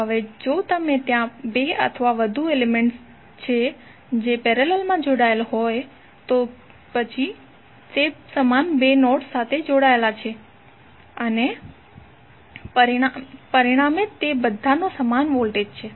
હવે જો ત્યાં બે અથવા વધુ એલિમેન્ટ્સ છે જે પેરેલલમાં જોડાયેલા હોય તો પછી તે સમાન બે નોડ્સ સાથે જોડાયેલા છે અને પરિણામે તે બધામાં સમાન વોલ્ટેજ છે